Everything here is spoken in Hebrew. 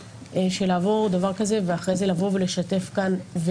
לעבור דבר כזה ואחרי זה לבוא ולשתף כאן.